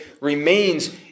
remains